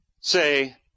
say